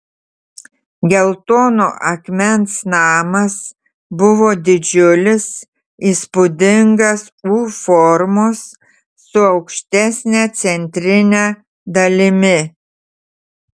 geltono akmens namas buvo didžiulis įspūdingas u formos su aukštesne centrine dalimi